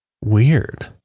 Weird